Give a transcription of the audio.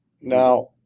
Now